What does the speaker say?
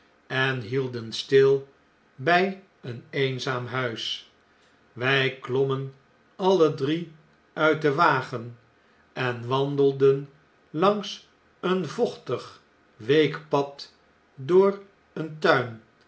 en hielden stil bij een eenzaam huis wij klommen alle drie uit den wagen en wandelden langs een vochtig week pad door een tuin